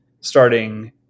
starting